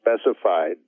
specified